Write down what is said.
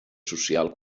social